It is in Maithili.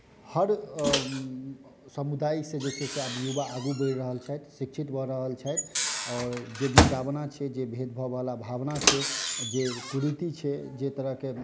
हर समुदाय से जे छै से युवा आगू बढ़ि रहल छथि शिक्षित भऽ रहल छथि आओर जे विडम्बना छै जे भेद भाववला भावना छै जे कुरीति छै जाहि तरहके